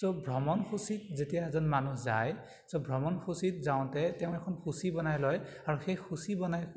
চ' ভ্ৰমণসূচীত যেতিয়া এজন মানুহ যায় চ' ভ্ৰমণসূচীত যাওঁতে তেওঁ এখন সূচী বনাই লয় আৰু সেই সূচী বনাই